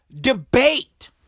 debate